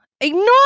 Ignore